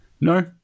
No